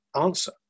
answer